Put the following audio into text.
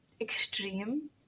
extreme